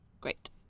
Great